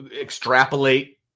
extrapolate